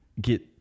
get